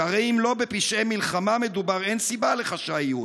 שהרי אם לא בפשעי מלחמה מדובר, אין סיבה לחשאיות.